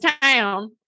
town